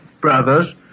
brothers